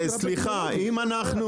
מה?